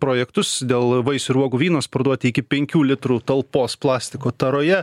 projektus dėl vaisių ir uogų vynus parduoti iki penkių litrų talpos plastiko taroje